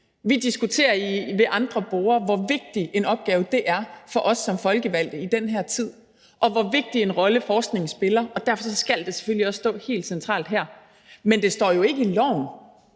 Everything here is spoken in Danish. Vi diskuterer ved andre borde, hvor vigtig en opgave det er for os som folkevalgte i den her tid, og hvor vigtig en rolle forskningen spiller. Derfor skal det selvfølgelig også stå helt centralt her. Men det står jo ikke i loven,